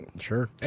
Sure